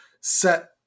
set